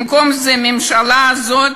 במקום זה הממשלה הזאת